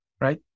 right